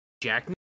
Jack